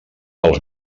pels